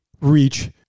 Reach